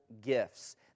gifts